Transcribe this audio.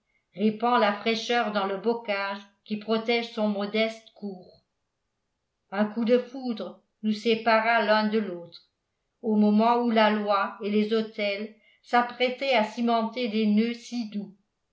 répand la fraîcheur dans le bocage qui protège son modeste cours un coup de foudre nous sépara l'un de l'autre au moment où la loi et les autels s'apprêtaient à cimenter des noeuds si